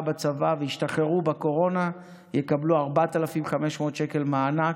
בצבא והשתחררו בקורונה יקבלו 4,500 שקלים מענק.